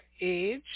age